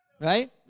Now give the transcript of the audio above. Right